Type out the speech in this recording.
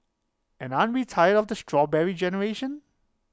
and aren't we tired of the Strawberry Generation